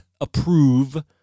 approve